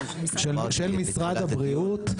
של משרד הבריאות.